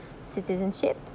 citizenship